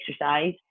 exercise